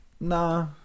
Nah